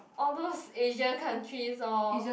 all those Asia countries lor